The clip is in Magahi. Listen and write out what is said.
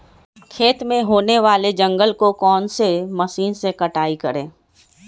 खेत में होने वाले जंगल को कौन से मशीन से कटाई करें?